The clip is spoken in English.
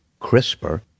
CRISPR